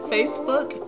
Facebook